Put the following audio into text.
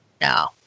No